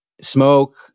smoke